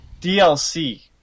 DLC